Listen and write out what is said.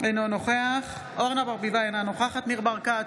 אינו נוכח אורנה ברביבאי, אינה נוכחת ניר ברקת,